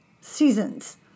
seasons